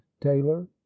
taylor